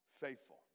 faithful